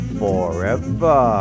forever